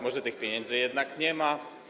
Może tych pieniędzy jednak nie ma?